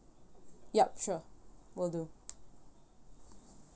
yup sure will do